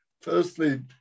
firstly